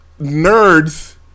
nerds